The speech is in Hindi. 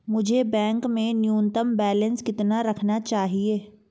मुझे बैंक में न्यूनतम बैलेंस कितना रखना चाहिए?